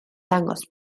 dangos